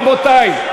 רבותי,